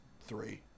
three